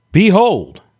Behold